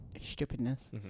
stupidness